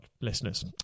listeners